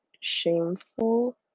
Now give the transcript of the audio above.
shameful